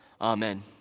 Amen